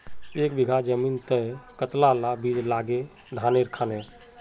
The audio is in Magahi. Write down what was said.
एक बीघा जमीन तय कतला ला बीज लागे धानेर खानेर?